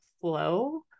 flow